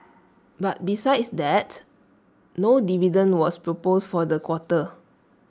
but besides that no dividend was proposed for the quarter